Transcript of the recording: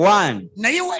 one